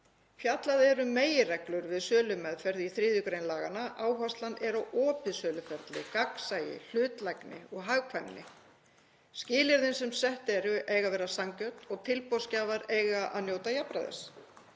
Fjallað er um meginreglur við sölumeðferð í 3. gr. laganna. Áherslan er á opið söluferli, gagnsæi, hlutlægni og hagkvæmni. Skilyrðin sem sett eru eiga að vera sanngjörn og tilboðsgjafar eiga að njóta jafnræðis.